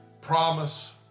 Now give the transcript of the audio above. promise